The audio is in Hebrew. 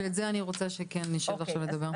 שאת זה אני רוצה שכן נשב עכשיו ונדבר על זה.